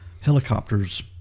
helicopters